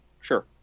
Sure